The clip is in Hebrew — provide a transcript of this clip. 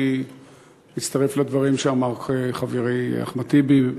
אני מצטרף לדברים שאמר חברי אחמד טיבי.